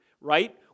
right